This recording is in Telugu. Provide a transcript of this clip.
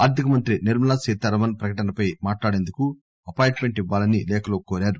ఆర్థిక మంత్రి నిర్మలాసీతారామన్ ప్రకటనపై మాట్లాడేందుకు అపాయింట్మెంట్ ఇవ్వాలని లేఖలో కోరారు